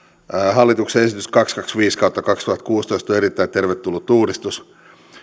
hallituksen esitys kaksisataakaksikymmentäviisi kautta kaksituhattakuusitoista on erittäin tervetullut uudistus